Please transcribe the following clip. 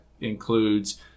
includes